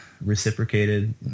reciprocated